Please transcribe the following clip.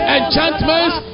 enchantments